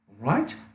right